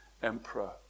emperor